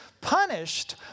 punished